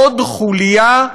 עוד חוליה,